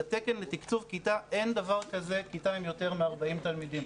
בתקן לתקצוב כיתה אין דבר כזה כיתה עם יותר מ-40 תלמידים.